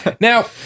Now